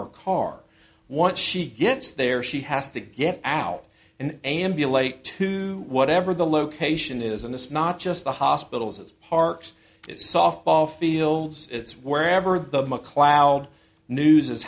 her car once she gets there she has to get out and am be late to whatever the location is and this not just the hospitals as parks softball fields it's wherever the mcleod news is